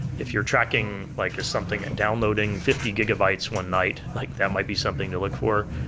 if you're tracking like is something and download and fifty gigabytes one night, like that might be something to look for.